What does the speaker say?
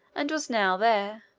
and was now there,